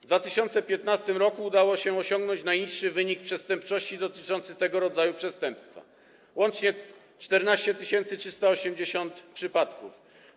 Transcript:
W 2015 r. udało się osiągnąć najniższy wynik przestępczości dotyczący tego rodzaju przestępstwa - łącznie 14 380 przypadków.